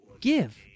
give